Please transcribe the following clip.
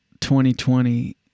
2020